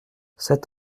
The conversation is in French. cet